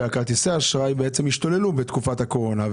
שלגבי השימוש בכרטיסי האשראי בעצם הייתה השתוללות בתקופת הקורונה.